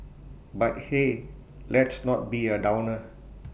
but hey let's not be A downer